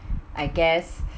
I guess